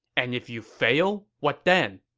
and if you fail? what then?